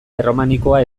erromanikoa